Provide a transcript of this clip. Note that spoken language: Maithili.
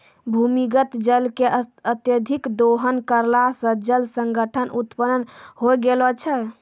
भूमीगत जल के अत्यधिक दोहन करला सें जल संकट उत्पन्न होय गेलो छै